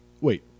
Wait